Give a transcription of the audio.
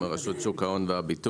אלא מרשות שוק ההון והביטוח.